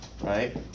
right